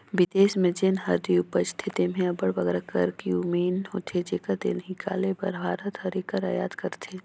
बिदेस में जेन हरदी उपजथे तेम्हें अब्बड़ बगरा करक्यूमिन होथे जेकर तेल हिंकाले बर भारत हर एकर अयात करथे